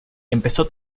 empezó